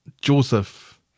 Joseph